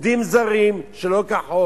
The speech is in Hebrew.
עובדים זרים, נמצאים בתל-אביב שלא כחוק